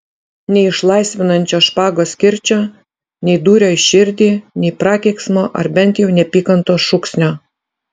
nei išlaisvinančio špagos kirčio nei dūrio į širdį nei prakeiksmo ar bent jau neapykantos šūksnio